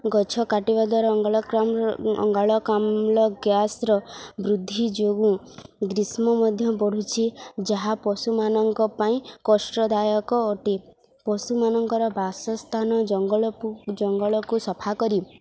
ଗଛ କାଟିବା ଦ୍ୱାରା ଅଙ୍ଗାଳକାମ ଅଙ୍ଗାରକାମ୍ଲ ଗ୍ୟାସ୍ର ବୃଦ୍ଧି ଯୋଗୁଁ ଗ୍ରୀଷ୍ମ ମଧ୍ୟ ବଢ଼ୁଛି ଯାହା ପଶୁମାନଙ୍କ ପାଇଁ କଷ୍ଟଦାୟକ ଅଟେ ପଶୁମାନଙ୍କର ବାସସ୍ଥାନ ଜଙ୍ଗଲକୁ ଜଙ୍ଗଲକୁ ସଫାକରି